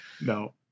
No